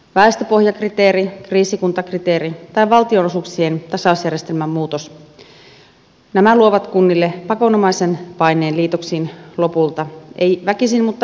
väestöpohjakriteeri kriisikuntakriteeri ja valtionosuuksien tasausjärjestelmän muutos luovat kunnille pakonomaisen paineen liitoksiin lopulta ei väkisin mutta väsyttämällä